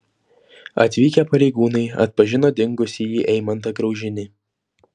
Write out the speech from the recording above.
atvykę pareigūnai atpažino dingusįjį eimantą graužinį